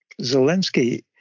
Zelensky